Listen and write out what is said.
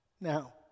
now